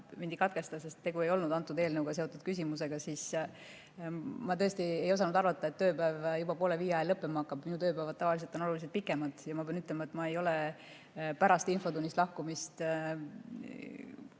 mind ei katkesta, sest tegu ei olnud antud eelnõuga seotud küsimusega, siis vastan, et ma tõesti ei osanud arvata, et tööpäev juba poole viie ajal lõppema hakkab. Minu tööpäevad on tavaliselt oluliselt pikemad. Ma pean ütlema, et ma ei ole pärast infotunnist lahkumist